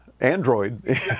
Android